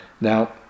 Now